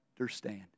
understand